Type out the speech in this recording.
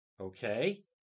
Okay